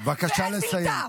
בבקשה לסיים,